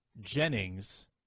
Jennings